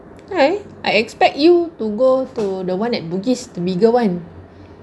I I expect you to go to the one at bugis the bigger one